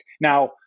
Now